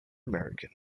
american